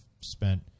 spent